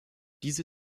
diese